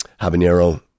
habanero